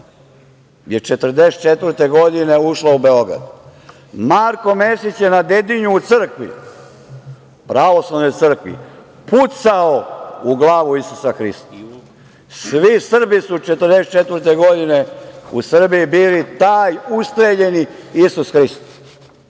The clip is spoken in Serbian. je 1944. godine ušla u Beograd. Marko Meseć je na Dedinju u crkvi, pravoslavnoj crkvi pucao u glavu Isusa Hrista. Svi Srbi su 1944. godine u Srbiji, bili taj ustreljeni Isus Hrist,